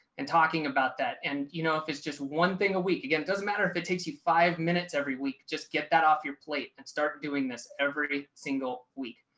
and talking about that. and you know, if it's just one thing a week ago, it doesn't matter if it takes you five minutes every week. just get that off your plate and start doing this every single week.